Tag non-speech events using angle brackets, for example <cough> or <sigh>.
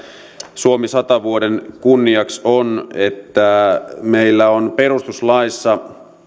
suomi sata vuoden kunniaksi on että meillä on perustuslaissa <unintelligible>